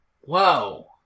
Whoa